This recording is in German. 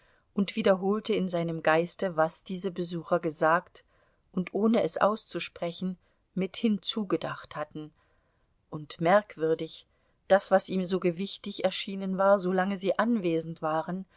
und wiederholte in seinem geiste was diese besucher gesagt und ohne es auszusprechen mit hinzugedacht hatten und merkwürdig das was ihm so gewichtig erschienen war solange sie anwesend waren